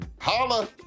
Holla